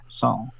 song